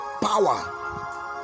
power